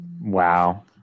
Wow